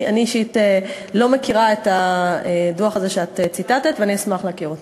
אני אישית לא מכירה את הדוח הזה שאת ציטטת ואני אשמח להכיר אותו.